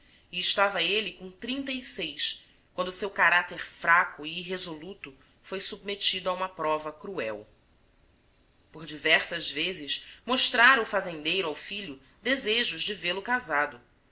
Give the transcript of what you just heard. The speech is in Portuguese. estava ele com trinta e seis quando seu caráter fraco e irresoluto foi submetido a uma prova cruel por diversas vezes mostrara o fazendeiro ao filho desejos de vê-lo casado